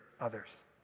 others